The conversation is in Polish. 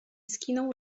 skinął